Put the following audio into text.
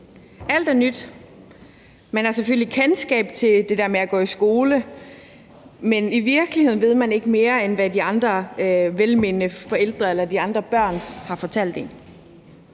Alt er nyt. Man har selvfølgelig kendskab til det med at gå i skole, men i virkeligheden ved man ikke mere, end hvad ens velmenende forældre eller de andre børn har fortalt en.